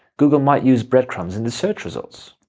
google might use breadcrumbs in the search results.